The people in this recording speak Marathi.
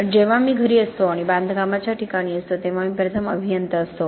पण जेव्हा मी घरी असतो आणि बांधकामाच्या ठिकाणी असतो तेव्हा मी प्रथम अभियंता असतो